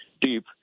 deep